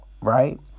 Right